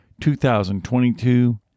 2022